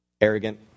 arrogant